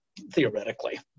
theoretically